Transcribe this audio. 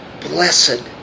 blessed